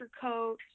coat